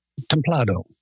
templado